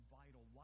vital